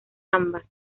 ambas